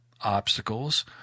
obstacles